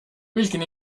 vilken